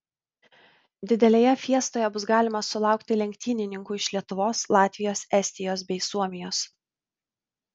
didelėje fiestoje bus galima sulaukti lenktynininkų iš lietuvos latvijos estijos bei suomijos